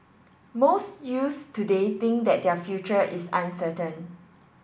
most youths today think that their future is uncertain